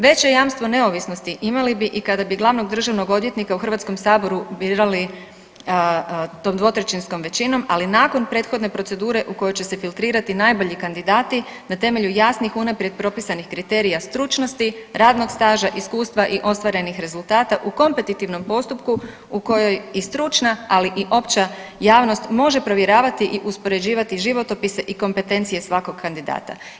Veće jamstvo neovisnosti imali bi i kada bi glavnog državnog odvjetnika u HS-u birali tom dvotrećinskom većinom, ali nakon prethodne procedure u kojoj će se filtrirati najbolji kandidati na temelju jasnih unaprijed propisanih kriterija stručnosti, radnog staža, iskustva i ostvarenih rezultata u kompetitivnom postupku u kojoj i stručna, ali i opća javnost može provjeravati i uspoređivati životopise i kompetencije svakog kandidata.